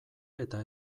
eta